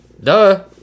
Duh